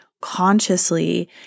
consciously